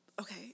Okay